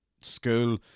school